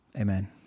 Amen